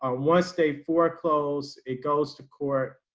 um once they foreclose, it goes to court,